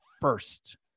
first